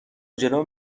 جلو